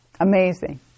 amazing